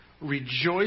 rejoice